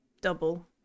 double